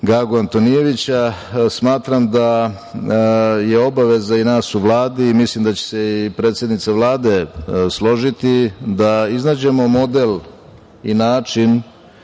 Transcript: Gagu Antonijevića. Smatram da je obaveza i nas u Vladi i mislim da će se i predsednica Vlade složiti da iznađemo model i način